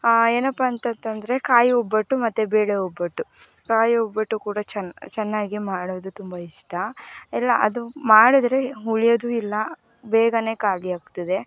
ಏನಪ್ಪಾ ಅಂತಂತಂದರೆ ಕಾಯಿ ಒಬ್ಬಟ್ಟು ಮತ್ತು ಬೇಳೆ ಒಬ್ಬಟ್ಟು ಕಾಯಿ ಒಬ್ಬಟ್ಟು ಕೂಡ ಚೆನ್ನ ಚೆನ್ನಾಗೆ ಮಾಡೋದು ತುಂಬ ಇಷ್ಟ ಎಲ್ಲ ಅದು ಮಾಡಿದ್ರೆ ಉಳಿಯೋದೂ ಇಲ್ಲ ಬೇಗ ಖಾಲಿಯಾಗ್ತದೆ